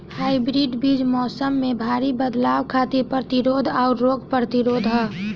hybrid बीज मौसम में भारी बदलाव खातिर प्रतिरोधी आउर रोग प्रतिरोधी ह